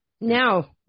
Now